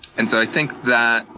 and so i think that